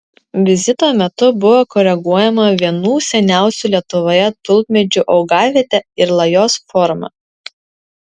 vizito metu buvo koreguojama vienų seniausių lietuvoje tulpmedžių augavietė ir lajos forma